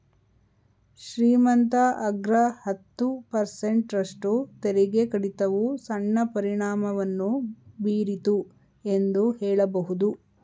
ಶ್ರೀಮಂತ ಅಗ್ರ ಹತ್ತು ಪರ್ಸೆಂಟ್ ರಷ್ಟು ತೆರಿಗೆ ಕಡಿತವು ಸಣ್ಣ ಪರಿಣಾಮವನ್ನು ಬೀರಿತು ಎಂದು ಹೇಳಬಹುದು